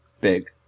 big